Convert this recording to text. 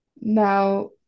now